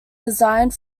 designed